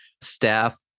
staff